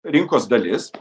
rinkos dalis